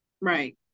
Right